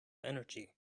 energy